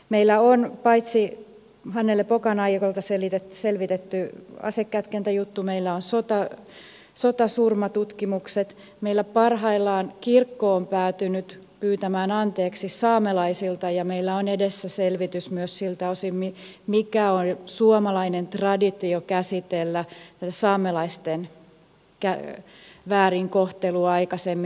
meillä on paitsi hannele pokan aikakaudelta selvitetty asekätkentä juttu meillä on myös sotasurmatutkimukset meillä parhaillaan kirkko on päätynyt pyytämään anteeksi saamelaisilta ja meillä on edessä selvitys myös siltä osin mikä on suomalainen traditio käsitellä saamelaisten väärinkohtelua aikaisemmin